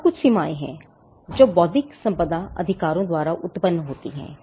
अब कुछ सीमाएँ हैं जो बौद्धिक संपदा अधिकारों द्वारा उत्पन्न होती हैं